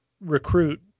recruit